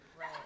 Right